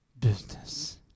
business